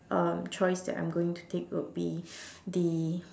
um choice that I'm going to take would be the